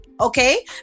okay